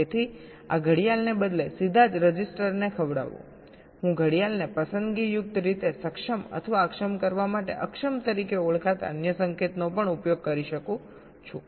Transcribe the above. તેથી આ ઘડિયાળને બદલે સીધા જ રજિસ્ટરને ખવડાવવું હું ઘડિયાળને પસંદગીયુક્ત રીતે સક્ષમ અથવા અક્ષમ કરવા માટે અક્ષમ તરીકે ઓળખાતા અન્ય સંકેતનો પણ ઉપયોગ કરું છું